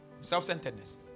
Self-centeredness